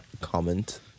comment